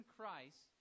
Christ